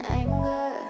anger